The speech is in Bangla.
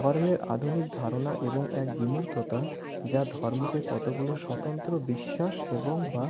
ধর্মের আধুনিক ধারণা এবং এক বিমূর্ততা যা ধর্মকে কতগুলো স্বতন্ত্র বিশ্বাস এবং বা